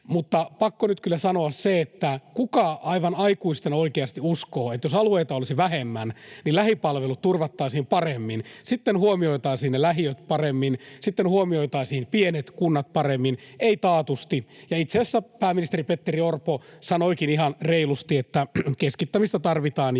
mutta on pakko nyt kyllä sanoa se, että kuka aivan aikuisten oikeasti uskoo, että jos alueita olisi vähemmän, niin lähipalvelut turvattaisiin paremmin, huomioitaisiin ne lähiöt paremmin, huomioitaisiin pienet kunnat paremmin — ei taatusti. Ja itse asiassa pääministeri Petteri Orpo sanoikin ihan reilusti, että keskittämistä tarvitaan